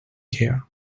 here